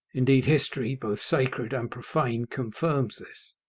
indeed, history, both sacred and profane, confirms this.